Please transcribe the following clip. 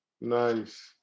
Nice